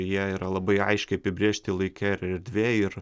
jie yra labai aiškiai apibrėžti laike ir erdvėje ir